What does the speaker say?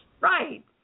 Right